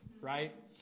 right